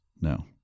No